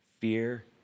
Fear